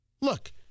look